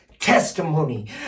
testimony